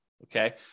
Okay